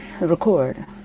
record